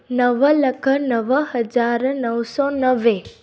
नव लख नव हज़ार नव सौ नवे